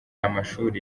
amashuri